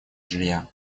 жилья